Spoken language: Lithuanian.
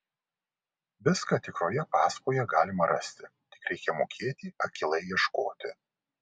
viską tikroje pasakoje galima rasti tik reikia mokėti akylai ieškoti